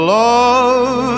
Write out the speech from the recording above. love